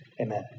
Amen